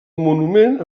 monument